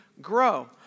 grow